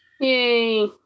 Yay